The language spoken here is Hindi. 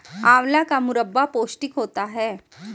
आंवला का मुरब्बा पौष्टिक होता है